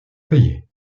payer